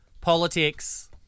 Politics